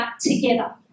together